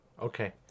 Okay